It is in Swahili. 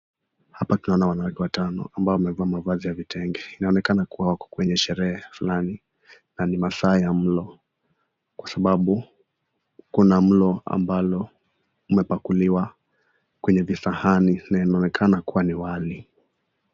Hapa tunaona wanawake watano ambao wamevaa mavazi ya vitenge . Inaonekana kuwa wako kwenye sherehe fulani na ni masaa ya mlo kwa sababu kuna mlo ambalo limepakuliwa kwenye visahani na inaonekana kuwa ni wali.